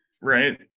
right